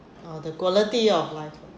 uh the quality of life